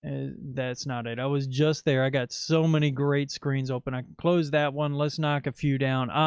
and that's not it. i was just there. i got so many great screens open. i can close that one. let's knock a few down. ah,